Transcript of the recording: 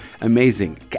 amazing